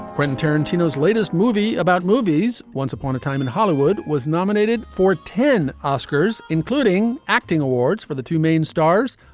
quentin tarantino's latest movie about movies once upon a time in hollywood was nominated for ten oscars, including acting awards for the two main stars,